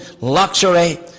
luxury